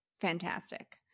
fantastic